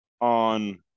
on